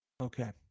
Okay